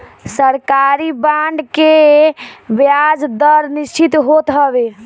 सरकारी बांड के बियाज दर निश्चित होत हवे